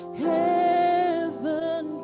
heaven